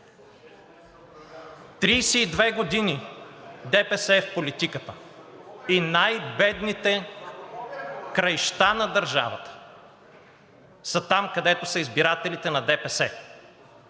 две години ДПС е в политиката и най бедните краища на държавата са там, където са избирателите на ДПС.